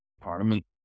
parliament